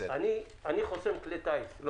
אני חוסם כלי טיס.